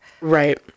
right